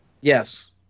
Yes